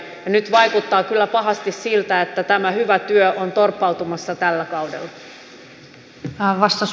nyt vaikuttaa kyllä pahasti siltä että tämä hyvä työ on torppautumassa tällä kaudella